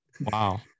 wow